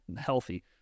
healthy